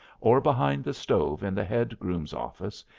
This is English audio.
or behind the stove in the head groom's office,